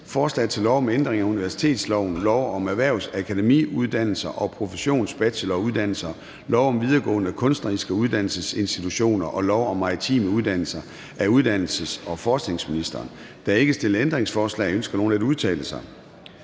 Forslag til lov om ændring af universitetsloven, lov om erhvervsakademiuddannelser og professionsbacheloruddannelser, lov om videregående kunstneriske uddannelsesinstitutioner og lov om maritime uddannelser. (Virtuel udveksling for studerende). Af uddannelses- og forskningsministeren (Christina